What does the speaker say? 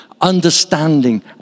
understanding